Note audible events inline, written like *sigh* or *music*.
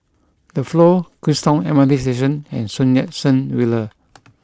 The Flow Queenstown M R T Station and Sun Yat Sen Villa *noise*